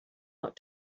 out